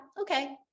okay